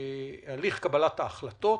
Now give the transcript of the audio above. הליך קבלת ההחלטות.